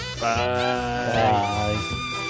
bye